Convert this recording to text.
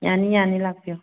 ꯌꯥꯅꯤ ꯌꯥꯅꯤ ꯂꯥꯛꯄꯤꯌꯨ